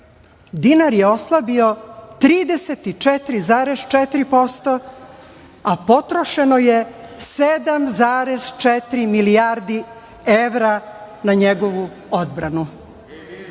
vam je oslabio 34,4% a potrošeno je 7,4 milijarde evra na njegovu odbranu. Gospodin